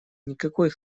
никакой